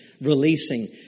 releasing